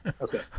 Okay